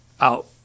out